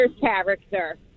character